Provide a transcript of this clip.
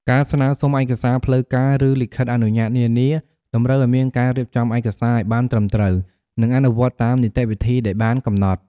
ការស្នើសុំឯកសារផ្លូវការ ឬលិខិតអនុញ្ញាតនានា តម្រូវឲ្យមានការរៀបចំឯកសារឲ្យបានត្រឹមត្រូវ និងអនុវត្តតាមនីតិវិធីដែលបានកំណត់។